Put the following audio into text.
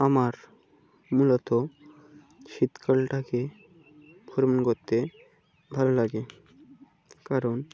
আমার মূলত শীতকালটাকে ভ্রমণ করতে ভালো লাগে কারণ